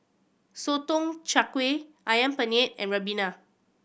Sotong Char Kway Ayam Penyet and Ribena